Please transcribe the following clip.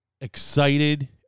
excited